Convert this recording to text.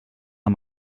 amb